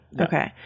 okay